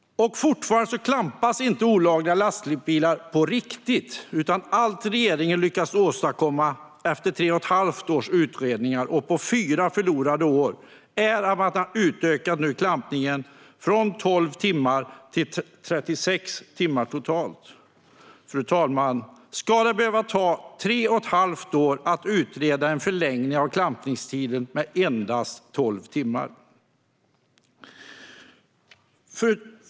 Fortfarande klampas inte olagliga lastbilar på riktigt, utan allt regeringen lyckats åstadkomma efter tre och ett halvt års utredningar och fyra förlorade år är att man nu utökar klampningen med 12 timmar till totalt 36 timmar. Fru talman! Ska det behöva ta tre och ett halvt år att utreda en förlängning av klampningstiden med endast 12 timmar?